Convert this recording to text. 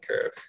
curve